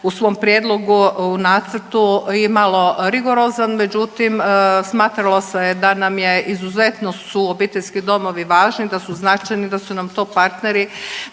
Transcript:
u svom prijedlogu, u nacrtu imalo rigorozan, međutim, smatralo se da nam je izuzetno su obiteljski domovi važni, da su značajni, da su nam to partneri,